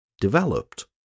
developed